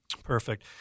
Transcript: Perfect